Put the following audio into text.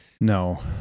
No